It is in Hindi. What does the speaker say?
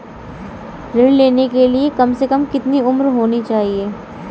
ऋण लेने के लिए कम से कम कितनी उम्र होनी चाहिए?